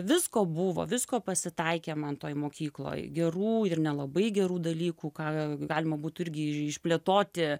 visko buvo visko pasitaikė man toj mokykloj gerų ir nelabai gerų dalykų ką galima būtų irgi išplėtoti